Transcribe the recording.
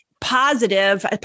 positive